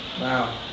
Wow